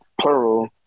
plural